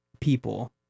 people